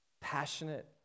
passionate